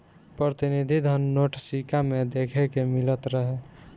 प्रतिनिधि धन नोट, सिक्का में देखे के मिलत रहे